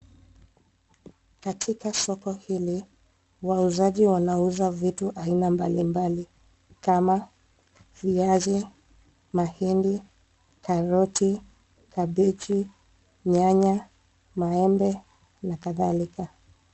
Katika soko hili wauzaji wanauza vitu aina mbalimbali kama viazi, mahindi, karoti, kabichi, nyanya, maembe na kadhilika.